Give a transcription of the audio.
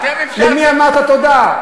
למי אמרת תודה?